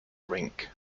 rink